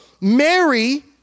Mary